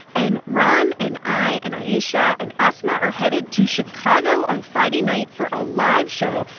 and ron and i and ayesha and asma are headed to chicago on friday night for a live show,